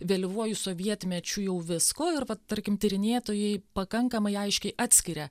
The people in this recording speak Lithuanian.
vėlyvuoju sovietmečiu jau visko ir va tarkim tyrinėtojai pakankamai aiškiai atskiria